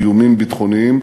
איומים ביטחוניים,